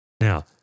Now